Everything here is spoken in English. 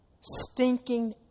stinking